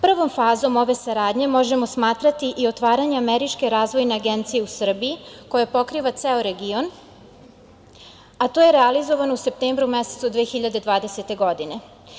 Prvom fazom ove saradnje možemo smatrati i otvaranje Američke razvojne agencije u Srbiji, koja pokriva ceo region, a to je realizovano u septembru mesecu 2020. godine.